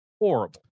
Horrible